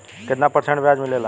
कितना परसेंट ब्याज मिलेला?